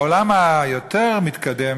בעולם היותר-מתקדם,